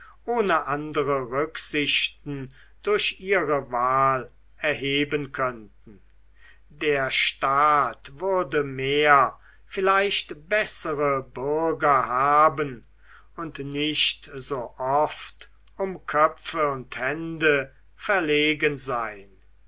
ohne andere rücksichten durch ihre wahl erheben könnten der staat würde mehr vielleicht bessere bürger haben und nicht so oft um köpfe und hände verlegen sein